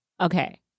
Okay